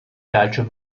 calcio